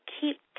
keep